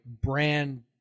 brand